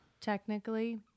technically